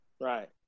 Right